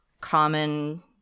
Common